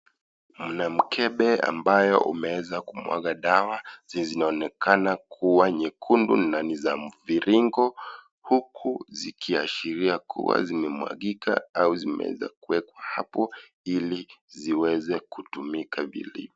Mna mkebe ambayo umeweza kumwaga dawa zinazoonekana kuwa nyekundu na ni za mviringo huku zikiashiria kuwa zimemwagika au zimeeza kuwekwa hapo ili ziweze kutumika vilivyo.